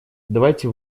давайте